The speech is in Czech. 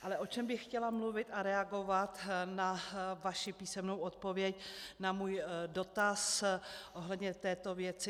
Ale o čem bych chtěla mluvit a reagovat na vaši písemnou odpověď na můj dotaz ohledně této věci.